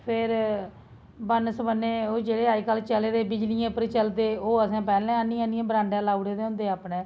फिर बन्न सबन्ने ओह् जेह्ड़े अजकल चले दे बिजलियै पर चलदे ओह् अ'सें पैह्लें आह्न्नियै बरांडे लाई ओड़े दे होंदे अपने